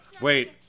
Wait